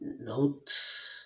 notes